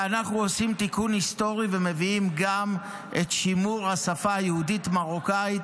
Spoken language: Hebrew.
ואנחנו עושים תיקון היסטורי ומביאים גם את שימור השפה היהודית-מרוקאית,